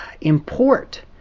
import